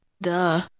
Duh